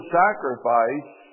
sacrifice